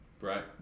Right